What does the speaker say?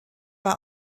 war